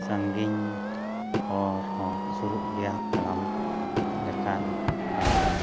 ᱥᱟᱺᱜᱤᱧ ᱦᱚᱨ ᱦᱚᱸ ᱥᱩᱨᱩᱜ ᱜᱮᱭᱟ ᱛᱟᱲᱟᱢ ᱞᱮᱠᱷᱟᱱ ᱟᱨ